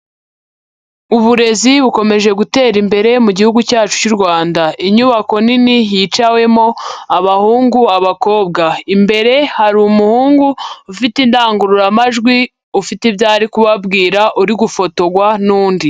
Uburezi bukomeje gutera imbere mu gihugu cyacu cy'u Rwanda, inyubako nini hiciwemo abahungu, abakobwa, imbere hari umuhungu ufite indangururamajwi ufite ibyo ari kubabwira uri gufotorwa n'undi.